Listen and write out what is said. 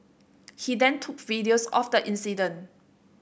he then took videos of the incident